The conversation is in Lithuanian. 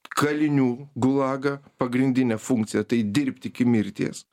kalinių gulagą pagrindinė funkcija tai dirbti iki mirties